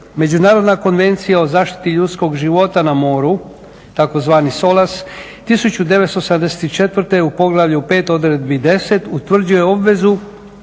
Međunarodna konvencija o zaštiti ljudskog života na moru tzv. SOLAS 1974. u Poglavlju 5. odredbi 10. utvrđuje obveze